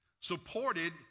supported